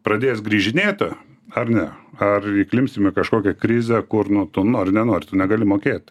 pradės grįžinėti ar ne ar įklimpsim į kažkokią krizę kur nu tu nori nenori tu negali mokėt